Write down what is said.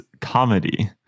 comedy